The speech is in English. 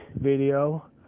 video